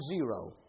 zero